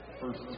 First